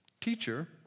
Teacher